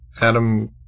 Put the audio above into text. Adam